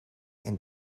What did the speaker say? and